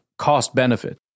cost-benefit